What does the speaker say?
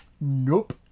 nope